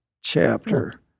chapter